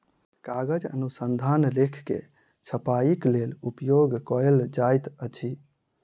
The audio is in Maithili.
कागज अनुसंधान लेख के छपाईक लेल उपयोग कयल जाइत अछि